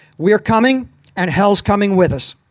we're coming and hell's coming with us.